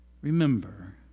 Remember